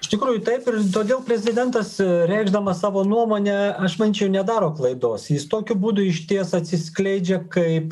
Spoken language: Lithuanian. iš tikrųjų taip ir todėl prezidentas reikšdamas savo nuomonę aš manyčiau nedaro klaidos jis tokiu būdu išties atsiskleidžia kaip